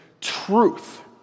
truth